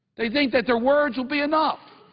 they think that their words will be enough.